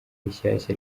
rishasha